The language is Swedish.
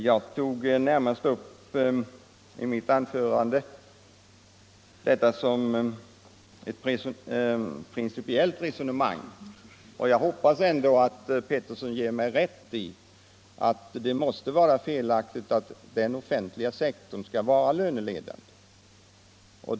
Jag tog närmast upp den saken i mitt anförande som ett principiellt resonemang, och jag hoppas ändå att herr Pettersson ger mig rätt i att det måste vara felaktigt att den offentliga sektorn skall vara löneledande.